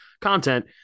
content